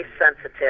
sensitive